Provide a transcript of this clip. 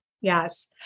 Yes